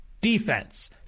Defense